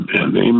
amen